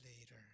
later